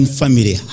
family